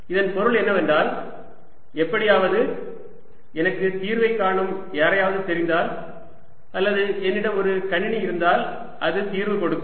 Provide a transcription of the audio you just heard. இதன் பொருள் என்னவென்றால் எப்படியாவது எனக்கு தீர்வை காணும் யாரையாவது தெரிந்தால் அல்லது என்னிடம் ஒரு கணினி இருந்தால் அது தீர்வு கொடுக்கும்